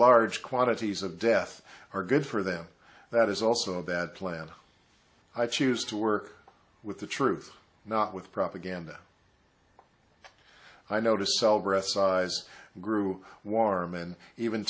large quantities of death are good for them that is also a bad plan i choose to work with the truth not with propaganda i know to sell breast size grew warm and even